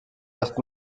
erst